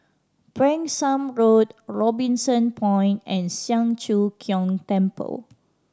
Branksome Road Robinson Point and Siang Cho Keong Temple